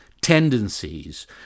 tendencies